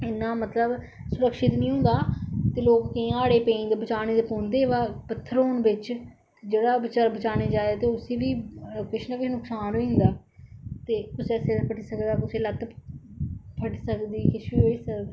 इन्ना मतलब सुरक्षित नेईं होंदा ते लोक केंई हाड़ें च पेई जंदे बचाने ते पौंदे पर पत्तर होन बिच जेहड़ा बचारा बचाने गी जाए ते उसी बी किश ना किश नुक्सान होई जंदा ते कुसै दा सिर फट्टी सकदा कुसै दी लत्त फटी सकदी किश बी होई सकदा